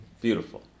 Beautiful